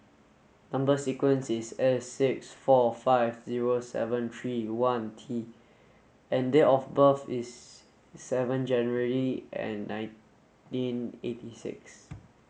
number sequence is S six four five zero seven three one T and date of birth is seven January nineteen eighty six